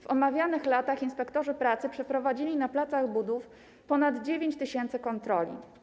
W omawianych latach inspektorzy pracy przeprowadzili na placach budów ponad 9 tys. kontroli.